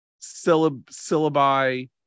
syllabi